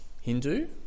Hindu